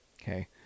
Okay